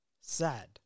sad